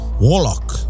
warlock